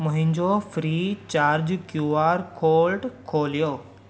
मुंहिंजो FreeCharge Q R code खोलियो